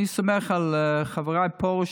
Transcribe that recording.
אני סומך על חברי פרוש,